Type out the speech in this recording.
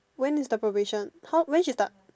when is the probation how when she start